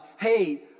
hey